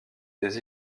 des